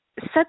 set